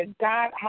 God